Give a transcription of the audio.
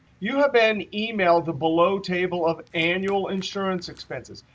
you have been emailed the below table of annual insurance expenses.